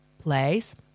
place